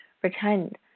Pretend